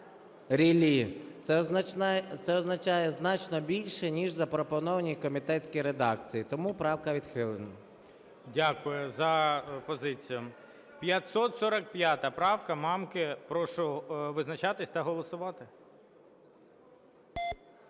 ріллі. Це означає значно більше ніж в запропонованій комітетській редакції, тому правка відхилена. ГОЛОВУЮЧИЙ. Дякую за позицію. 545 правка Мамки. Прошу визначатись та голосувати.